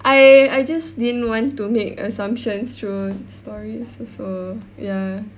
I I just didn't want to make assumptions through stories also ya